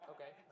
Okay